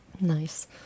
Nice